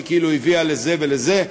שכאילו היא הביאה לזה ולזה?